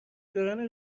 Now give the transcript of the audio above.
دوران